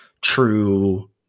true